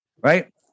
Right